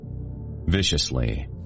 Viciously